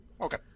Okay